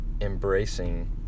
embracing